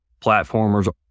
platformers